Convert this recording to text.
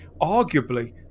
arguably